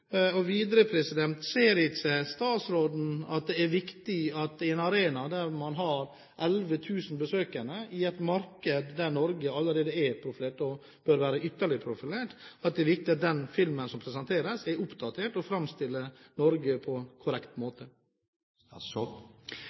Og videre: Ser ikke statsråden at det er viktig, på en arena der man har elleve millioner besøkende i et marked der Norge allerede er profilert, og bør være ytterligere profilert, at den filmen som presenteres, er oppdatert og framstiller Norge på korrekt måte?